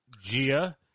Gia